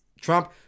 Trump